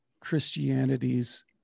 Christianity's